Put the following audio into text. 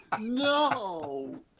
No